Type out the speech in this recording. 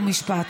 חוק ומשפט.